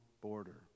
border